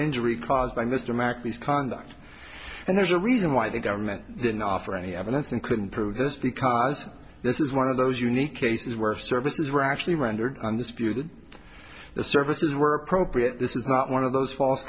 injury caused by mr mcveigh's conduct and there's a reason why the government didn't offer any evidence and couldn't prove this because this is one of those unique cases where services were actually rendered undisputed the services were appropriate this is not one of those false